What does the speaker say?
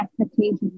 expectations